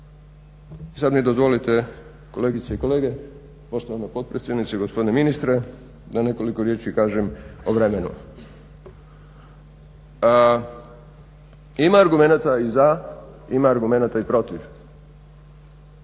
I sada mi dozvolite kolegice i kolege, poštovana potpredsjednice, gospodine ministre da nekoliko riječi kažem o vremenu. Ima argumenata i za, ima argumenata i protiv.